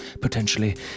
potentially